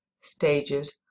stages